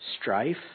strife